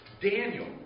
Daniel